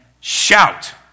shout